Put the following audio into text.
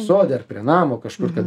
sode ar prie namo kažkur kad